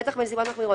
רצח בנסיבות מחמירות,